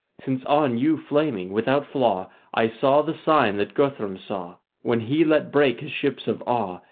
since on you flaming without flaw i saw the sign that guthrum saw when he let break his ships of awe,